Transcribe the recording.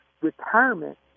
retirement